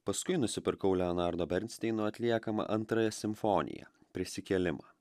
paskui nusipirkau leonardo bernsteino atliekamą antrąją simfoniją prisikėlimą